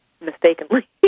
Mistakenly